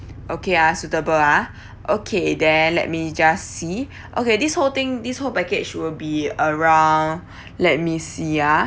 okay uh suitable uh okay then let me just see okay this whole thing this whole package will be around let me see uh